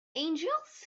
angels